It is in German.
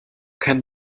kein